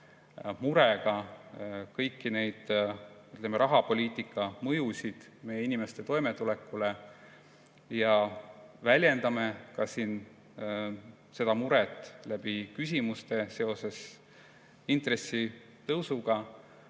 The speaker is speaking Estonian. murega kõiki neid rahapoliitika mõjusid meie inimeste toimetulekule ja väljendame ka siin oma küsimuste kaudu suurt muret seoses intressitõusuga.